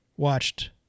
Watched